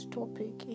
topic